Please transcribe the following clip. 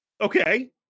Okay